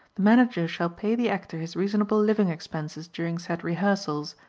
the manager shall pay the actor his reasonable living expenses during said rehearsals,